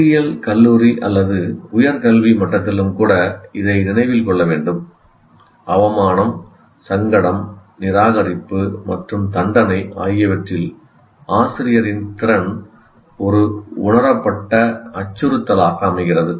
பொறியியல் கல்லூரி அல்லது உயர் கல்வி மட்டத்திலும் கூட இதை நினைவில் கொள்ள வேண்டும் அவமானம் சங்கடம் நிராகரிப்பு மற்றும் தண்டனை ஆகியவற்றில் ஆசிரியரின் திறன் ஒரு உணரப்பட்ட அச்சுறுத்தலாக அமைகிறது